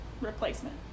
replacement